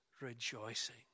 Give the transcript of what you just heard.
rejoicing